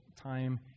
time